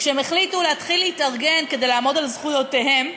כשהן החליטו להתןחיל להתארגן כדי לעמוד על זכויותיהן,